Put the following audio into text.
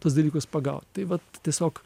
tuos dalykus pagaut tai vat tiesiog